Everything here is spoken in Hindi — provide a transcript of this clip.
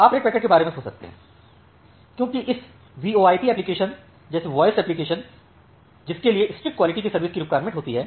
आप रेड पैकेटों के बारे में सोच सकते हैं क्योंकि इस वीओआईपी एप्लीकेशन जैसे वॉयस एप्लिकेशन जिसके लिए स्ट्रिक्ट क्वालिटी की सर्विस की रिक्वायरमेंट होती है